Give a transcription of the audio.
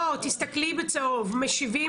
לא, תסתכלי בצהוב, משיבים